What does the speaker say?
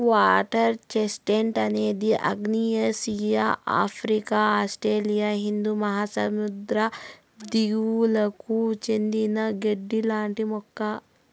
water chestnut అనేది ఆగ్నేయాసియా, Africa, Australia హిందూ మహాసముద్ర దీవులకు చెందిన గడ్డి లాంటి మొక్క